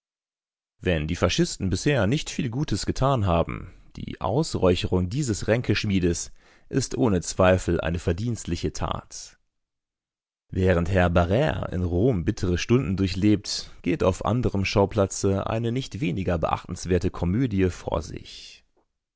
wenn die fascisten bisher nicht viel gutes getan haben die ausräucherung dieses ränkeschmiedes ist ohne zweifel eine verdienstliche tat während herr barrre in rom bittere stunden durchlebt geht auf anderem schauplatze eine nicht weniger beachtenswerte komödie vor sich